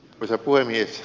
arvoisa puhemies